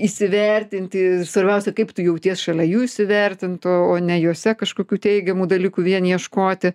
įsivertinti svarbiausia kaip tu jauties šalia jų įsivertintų o ne juose kažkokių teigiamų dalykų vien ieškoti